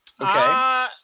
Okay